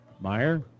Meyer